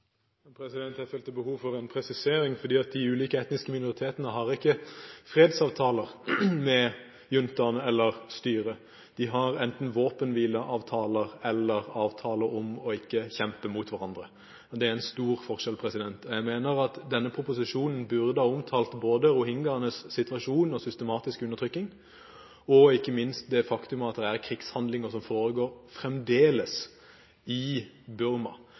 Jeg følte behov for en presisering, for de ulike etniske minoritetene har ikke fredsavtaler med juntaen eller styret. De har enten våpenhvileavtaler eller avtaler om ikke å kjempe mot hverandre. Det er en stor forskjell. Jeg mener at denne proposisjonen burde ha omtalt både rohingyaenes situasjon og systematisk undertrykking, og ikke minst det faktum at det er krigshandlinger som fremdeles foregår i Burma. Det er et bilde som vi må ha med i diskusjonen når vi diskuterer Burma